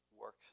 works